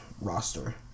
roster